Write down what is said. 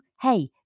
hey